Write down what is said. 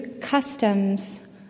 customs